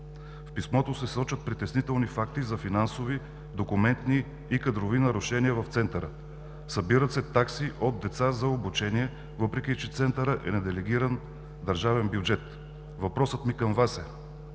В писмото се сочат притеснителни факти за финансови, документни и кадрови нарушения в Центъра. Събират се такси от деца за обучение, въпреки че Центърът е на делегиран държавен бюджет. Въпросът ми към Вас е: